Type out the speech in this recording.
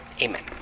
Amen